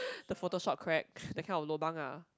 the photoshop crack that kind of lobang ah